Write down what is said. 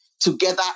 together